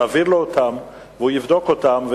תעביר לו אותן והוא יבדוק אותן,